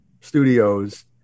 studios